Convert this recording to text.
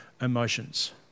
emotions